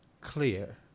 clear